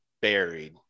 buried